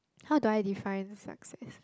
how do I define success